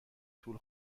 طول